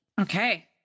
Okay